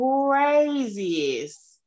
craziest